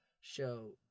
show